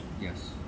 Yes